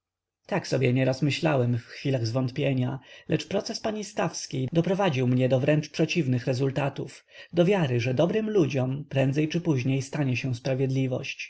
tak sobie nieraz myślałem w chwilach zwątpienia lecz proces pani stawskiej doprowadził mnie do wręcz przeciwnych rezultatów do wiary że dobrym ludziom prędzej czy później stanie się sprawiedliwość